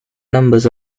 numbers